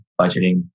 budgeting